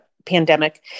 pandemic